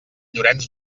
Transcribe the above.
llorenç